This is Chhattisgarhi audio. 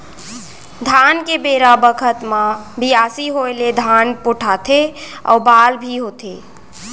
धान के बेरा बखत म बियासी होय ले धान पोठाथे अउ बाल भी होथे